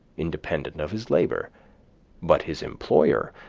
independent of his labor but his employer,